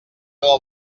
del